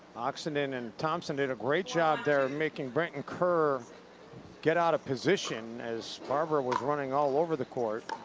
oxenden and thompson did a great job there making brent and kerr get out of position as barbara was running all over the court.